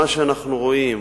מה שאנחנו רואים